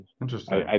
interesting